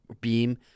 beam